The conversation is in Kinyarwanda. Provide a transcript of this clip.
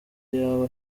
yaba